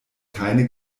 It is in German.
keine